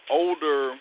older